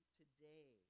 today